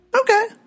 Okay